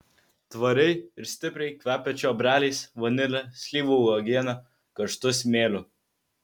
tvariai ir stipriai kvepia čiobreliais vanile slyvų uogiene karštu smėliu